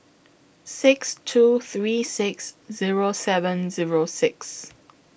six two three six Zero seven Zero six